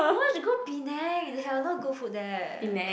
no you should go Penang they have a lot of good food there